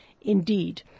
indeed